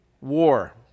war